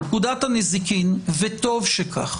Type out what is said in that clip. פקודת הנזיקין וטוב שכך